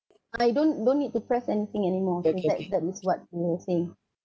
uh you don't don't need to press anything anymore that that is what we were saying